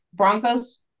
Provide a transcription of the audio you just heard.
Broncos